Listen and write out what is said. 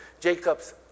Jacob's